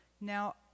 Now